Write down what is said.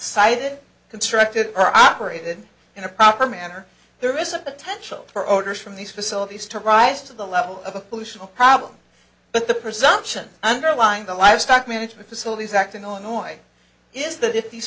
sited constructed or operated in a proper manner there is a potential for orders from these facilities to rise to the level of a pollution problem but the presumption underlying the livestock management facilities acting on oyo is that if these